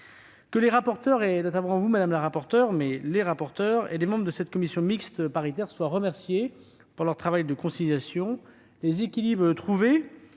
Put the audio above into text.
madame Dumont, et les membres de la commission mixte paritaire soient remerciés pour leur travail de conciliation. Les équilibres trouvés